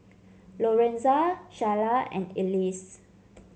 Lorenza Shayla and Elise